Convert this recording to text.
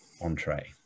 entree